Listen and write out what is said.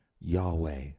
Yahweh